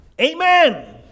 Amen